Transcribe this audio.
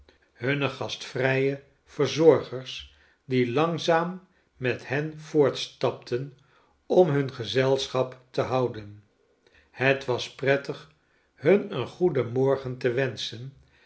hunne gastvrije verzorgers die langzaam met hen voortstapten om hun gezelschap te houden het was prettig hun een goeden morgen te wenschen